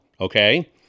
okay